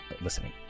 listening